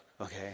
okay